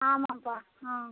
ஆமாம்ப்பா